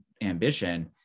ambition